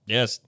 Yes